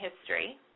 history